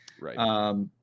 right